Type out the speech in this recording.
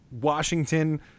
Washington –